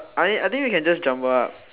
I mean I think we can just jumble up